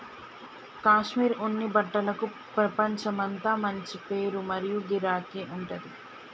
కాశ్మీర్ ఉన్ని బట్టలకు ప్రపంచమంతా మంచి పేరు మరియు గిరాకీ ఉంటది